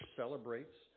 celebrates